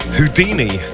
Houdini